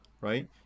right